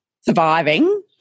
surviving